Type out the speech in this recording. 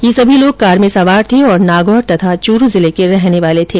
ये सभी लोग कार में सवार थे और नागौर और चूरू के रहने वाले थे